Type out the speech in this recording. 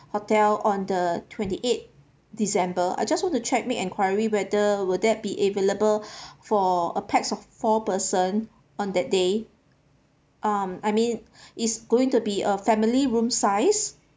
hotel on the twenty eight december I just want to check make inquiry whether will that be available for a pax of four person on that day um I mean it's going to be a family room size